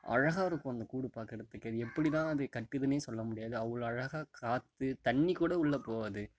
அழகாக இருக்கும் அந்த கூடு பார்க்கறதுக்கே அது எப்படிதான் அது கட்டுதுன்னே சொல்லமுடியாது அவ்வளோ அழகாக காற்று தண்ணிக்கூட உள்ள போவாது